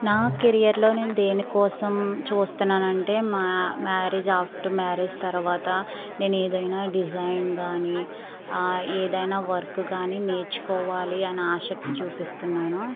నా కెరియర్లో నేను దేని కోసం చూస్తున్నాను అంటే మా మ్యారేజ్ ఆఫ్టర్ మ్యారేజ్ తర్వాత నేను ఏదైనా డిజైన్ కానీ ఏదైనా వర్క్ కానీ నేర్చుకోవాలని ఆసక్తి చూపిస్తున్నాను